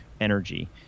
energy